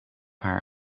haar